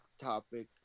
topic